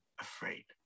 afraid